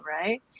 right